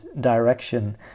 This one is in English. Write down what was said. direction